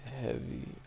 heavy